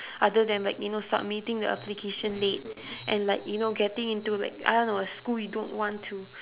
other than like you know submitting the application late and like you know getting into like I don't know a school you don't want to